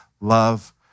love